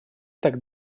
так